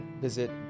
visit